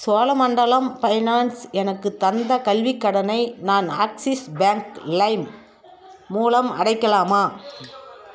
Cholamandalam finance எனக்குத் தந்த கல்விக் கடனை நான் ஆக்ஸிஸ் பேங்க் லைம் மூலம் அடைக்கலாமா